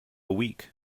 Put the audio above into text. week